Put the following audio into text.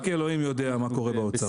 רק אלוהים יודע מה קורה באוצר.